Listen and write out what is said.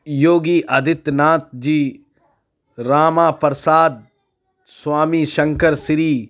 Yogi Aditya Nath ji Rama Prasad Swami Shankar Sri